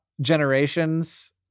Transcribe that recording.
generations